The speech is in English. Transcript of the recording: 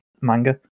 manga